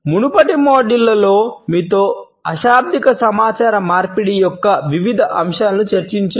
మునుపటి మాడ్యూళ్ళలో మీతో అశాబ్దిక సమాచార మార్పిడి యొక్క వివిధ అంశాలను చర్చించాను